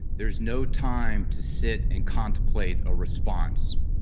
there's no time to sit and contemplate a response.